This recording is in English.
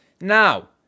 Now